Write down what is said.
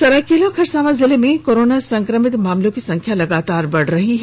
सरायकेला खरसावां जिले में कोरोना संक्रमित मामलों की संख्या लगातार बढ़ रही है